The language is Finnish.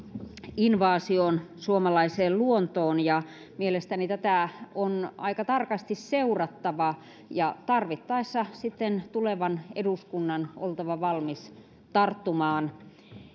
invaasion suomalaiseen luontoon ja mielestäni tätä on aika tarkasti seurattava ja tarvittaessa sitten tulevan eduskunnan on oltava valmis tarttumaan